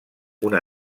una